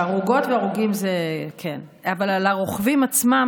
הרוגות והרוגים, כן, אבל הרוכבים עצמם.